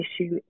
issue